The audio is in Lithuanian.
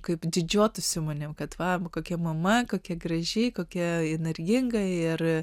kaip didžiuotųsi manimi kad va kokia mama kokia graži kokia energinga ir